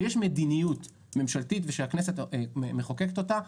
שיש מדיניות ממשלתית ושהכנסת מחוקקת אותה,